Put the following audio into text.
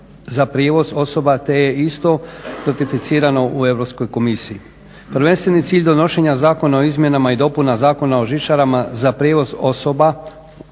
za prijevoz osoba te je isto … u Europskoj komisiji. Prvenstveni cilj donošenja Zakona o izmjenama i dopunama Zakona o žičarama za prijevoz osoba